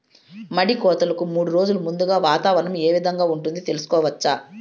మడి కోతలకు మూడు రోజులు ముందుగా వాతావరణం ఏ విధంగా ఉంటుంది, తెలుసుకోవచ్చా?